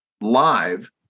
live